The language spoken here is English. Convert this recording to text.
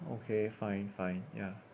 okay fine fine ya